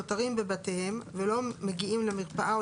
נותרים בבתיהם ולא מגיעים למרפאה או